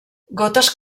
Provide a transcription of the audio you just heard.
gotes